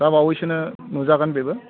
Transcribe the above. दा बावैसोनो नुजागोन बेबो